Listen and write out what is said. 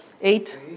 eight